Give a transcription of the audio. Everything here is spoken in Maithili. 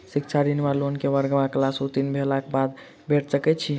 शिक्षा ऋण वा लोन केँ वर्ग वा क्लास उत्तीर्ण भेलाक बाद भेट सकैत छी?